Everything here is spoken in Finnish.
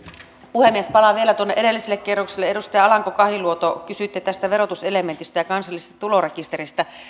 puhemies palaan vielä tuonne edelliselle kierrokselle edustaja alanko kahiluoto kysyitte tästä verotuselementistä ja kansallisesta tulorekisteristä